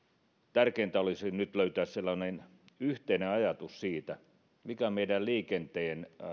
tärkeintä olisi nyt löytää yhteinen ajatus siitä mikä meidän liikenteen